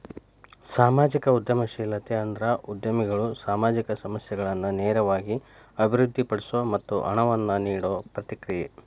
ಸಾಮಾಜಿಕ ಉದ್ಯಮಶೇಲತೆ ಅಂದ್ರ ಉದ್ಯಮಿಗಳು ಸಾಮಾಜಿಕ ಸಮಸ್ಯೆಗಳನ್ನ ನೇರವಾಗಿ ಅಭಿವೃದ್ಧಿಪಡಿಸೊ ಮತ್ತ ಹಣವನ್ನ ನೇಡೊ ಪ್ರಕ್ರಿಯೆ